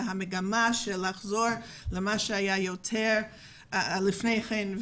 המגמה היא חזרה יותר למה שהיה לפני כן,